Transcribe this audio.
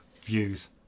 views